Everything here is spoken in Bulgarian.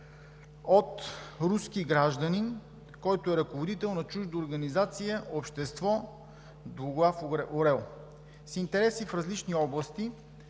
от руски гражданин, който е ръководител на чужда организация Общество „Двуглав орел“ с интереси в различни области